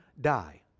die